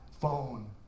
phone